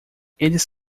eles